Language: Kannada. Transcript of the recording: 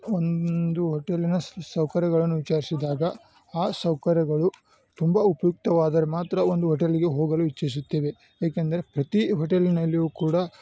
ಒಂದು ಹೋಟೆಲ್ಲಿನ ಸೌಕರ್ಯಗಳನ್ನು ವಿಚಾರ್ಸಿದಾಗ ಆ ಸೌಕರ್ಯಗಳು ತುಂಬ ಉಪಯುಕ್ತವಾದರೆ ಮಾತ್ರ ಒಂದು ಹೋಟೆಲಿಗೆ ಹೋಗಲು ಇಚ್ಚಿಸುತ್ತೇವೆ ಏಕೆಂದರೆ ಪ್ರತಿ ಹೋಟೆಲಿನಲ್ಲಿಯು ಕೂಡ